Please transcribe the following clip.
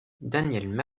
daniel